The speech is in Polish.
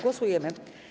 Głosujemy.